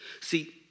See